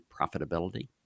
profitability